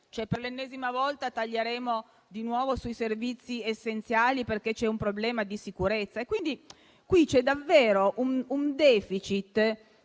Per l'ennesima volta taglieremo sui servizi essenziali, perché c'è un problema di sicurezza. Qui c'è davvero un *deficit*